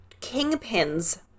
kingpins